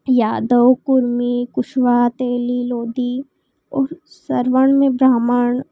यादव कुर्मी कुशवाहा तेली लोधी और सवर्ण में ब्राह्मण